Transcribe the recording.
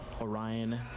Orion